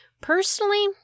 Personally